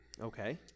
Okay